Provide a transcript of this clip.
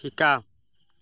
শিকা